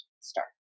start